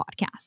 podcast